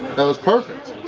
that was perfect!